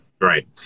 Right